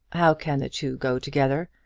how can the two go together?